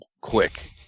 quick